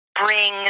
bring